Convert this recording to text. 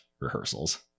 rehearsals